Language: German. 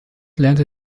lernte